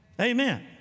Amen